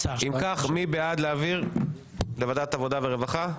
כך, מי בעד להעביר לוועדת העבודה והרווחה?